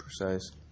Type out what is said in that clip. precise